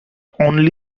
only